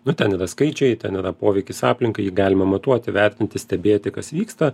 nu ten yra skaičiai ten yra poveikis aplinkai jį galima matuoti vertinti stebėti kas vyksta